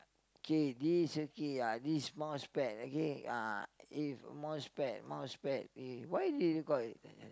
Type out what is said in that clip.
K this okay uh this mouse pad okay uh if mouse pad mouse pad eh why do they call it